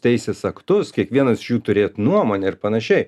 teisės aktus kiekvienas jų turėt nuomonę ir panašiai